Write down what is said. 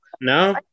No